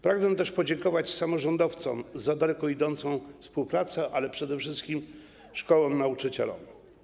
Pragnę też podziękować samorządowcom za daleko idącą współpracę, ale przede wszystkim szkołom i nauczycielom.